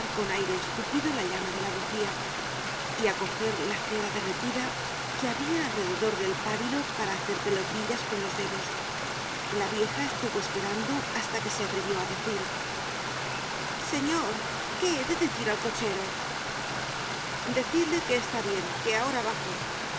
con aire estúpido la llama de la bugía y á coger la cera derretida que habia alrededor del pábilo para hacer pelotillas con los dedos la vieja estuvo esperando hasta que se atrevió á decir señor qué he de decir al cochero decidle que está bien que ahora bajo